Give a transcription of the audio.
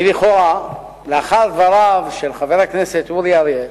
כי לכאורה, לאחר דבריו של חבר הכנסת אורי אריאל,